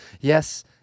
Yes